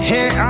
Hey